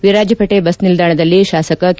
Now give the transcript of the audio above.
Virajpet bus ನಿಲ್ದಾಣದಲ್ಲಿ ಶಾಸಕ K